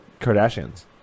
Kardashians